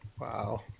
Wow